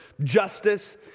justice